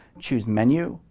choose menu,